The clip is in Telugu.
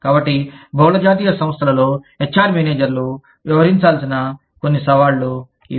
కాబట్టి బహుళ జాతీయ సంస్థలలో హెచ్ ఆర్ మేనేజర్లు వ్యవహరించాల్సిన కొన్ని సవాళ్లు ఇవి